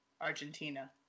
Argentina